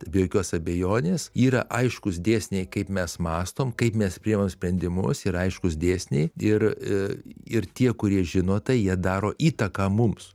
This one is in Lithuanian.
be jokios abejonės yra aiškūs dėsniai kaip mes mąstom kaip mes priimam sprendimus yra aiškūs dėsniai ir ir tie kurie žino tai jie daro įtaką mums